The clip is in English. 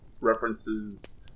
references